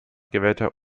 gewählter